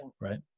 Right